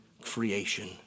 creation